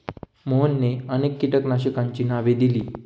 मोहनने अनेक कीटकनाशकांची नावे दिली